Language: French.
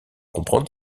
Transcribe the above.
comprendre